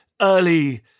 early